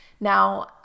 Now